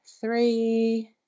three